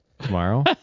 Tomorrow